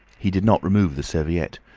he did not remove the serviette,